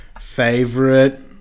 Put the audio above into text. Favorite